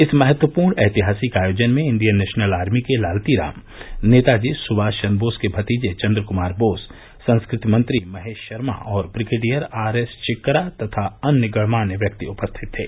इस महत्वपूर्ण ऐतिहासिक आयोजन में इंडियन नेशनल आर्मी के लालती राम नेताजी सुभाष चंद्र बोस के भतीजे चंद्र कुमार बोस संस्कृति मंत्री महेश शर्मा और ब्रिगेडियर आरएस चिक्करा तथा अन्य गण्यमान्य व्यक्ति उपस्थित थे